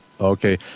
Okay